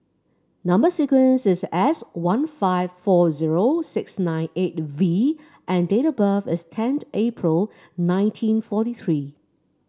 number sequence is S one five four zero six nine eight V and date of birth is tenth April nineteen forty three